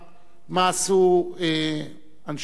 מה עשו אנשי וילנה